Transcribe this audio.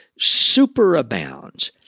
superabounds